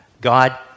God